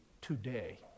today